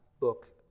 book